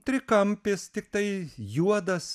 trikampis tiktai juodas